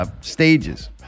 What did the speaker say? stages